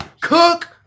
cook